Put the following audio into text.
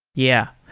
yeah.